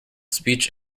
speech